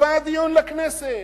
יובא הדיון לכנסת,